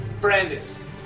Brandis